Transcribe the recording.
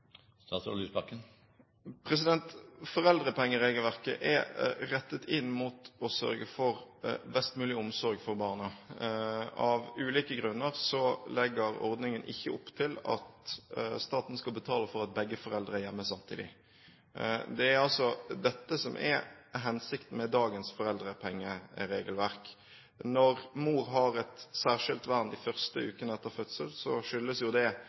Foreldrepengeregelverket er rettet inn mot å sørge for best mulig omsorg for barna. Av ulike grunner legger ordningen ikke opp til at staten skal betale for at begge foreldrene er hjemme samtidig. Det er altså dette som er hensikten med dagens foreldrepengeregelverk. Når mor har et særskilt vern de første ukene etter fødselen, har jo det åpenbare biologiske grunner – det at en fødsel er tøff. Utover det